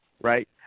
right